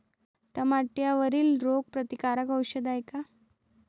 टमाट्यावरील रोग प्रतीकारक औषध हाये का?